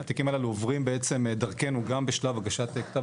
התיקים הללו עוברים בעצם דרכנו גם בשלב הגשת כתב